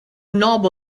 knob